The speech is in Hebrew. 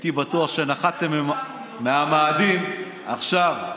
הייתי בטוח שנחתם מהמאדים עכשיו.